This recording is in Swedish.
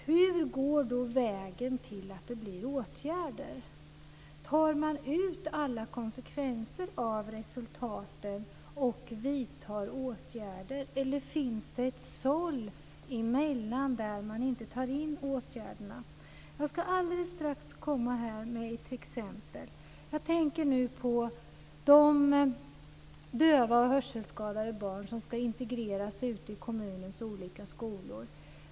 Hur går vägen till åtgärder? Tar man alla konsekvenser av resultaten och vidtar åtgärder eller finns det ett såll emellan som gör att man inte tar in åtgärderna? Jag ska alldeles strax komma med ett exempel. Jag tänker nu på de döva och hörselskadade barn som ska integreras ute i kommunens olika skolor.